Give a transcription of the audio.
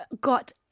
got